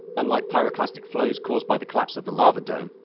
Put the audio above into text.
unlike pyroclastic flows caused by the collapse of the lava dome,